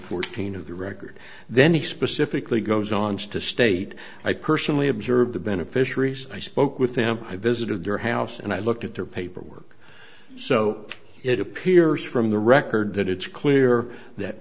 fourteen of the record then he specifically goes on to state i personally observed the beneficiaries i spoke with them i visited their house and i looked at their paperwork so it appears from the record that it's clear that